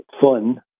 fun